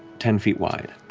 ten feet wide.